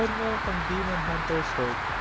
and demon hunter sword